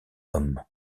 homme